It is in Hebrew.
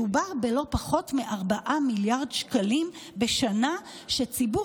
מדובר בלא פחות מ-4 מיליארד שקלים בשנה שציבור